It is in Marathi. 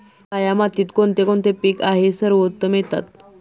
काया मातीत कोणते कोणते पीक आहे सर्वोत्तम येतात?